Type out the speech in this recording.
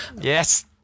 Yes